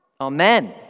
Amen